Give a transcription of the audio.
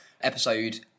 episode